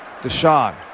Deshaun